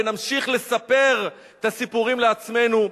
ונמשיך לספר את הסיפורים לעצמנו,